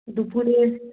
দুপুরে